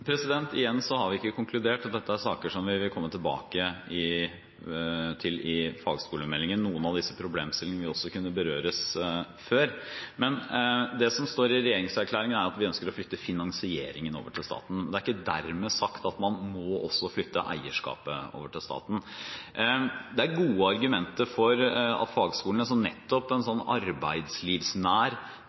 tiden. Igjen har vi ikke konkludert. Dette er saker som vi vil komme tilbake til i fagskolemeldingen. Noen av disse problemstillingene vil også kunne berøres før. Det som står i regjeringserklæringen, er at vi ønsker å flytte finansieringen over til staten. Det er ikke dermed sagt at man også må flytte eierskapet over til staten. Det er gode argumenter for at fagskolene, nettopp en arbeidslivsnær,